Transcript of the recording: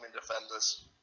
defenders